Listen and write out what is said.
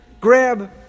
grab